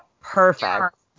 perfect